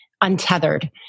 untethered